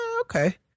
Okay